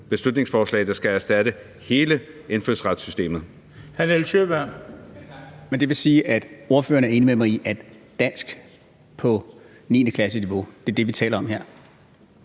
beslutningsforslag, der skal erstatte hele indfødsretssystemet.